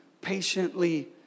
patiently